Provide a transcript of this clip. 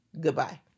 goodbye